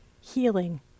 healing